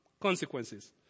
consequences